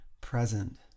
present